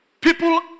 People